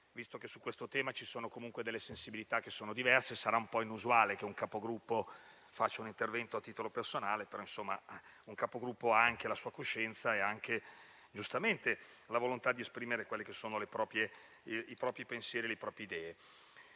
visto che su questo tema ci sono comunque delle sensibilità diverse. Sarà un po' inusuale che un Capogruppo faccia un intervento a titolo personale. Tuttavia, un Capogruppo ha anche la sua coscienza ed ha giustamente la volontà di esprimere i propri pensieri e le proprie idee.